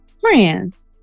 Friends